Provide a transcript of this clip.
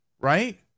right